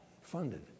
funded